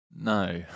No